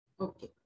Okay